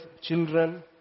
children